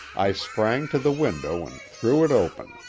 i sprang to the window and threw it open.